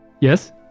Yes